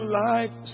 life